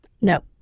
No